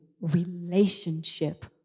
relationship